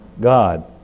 God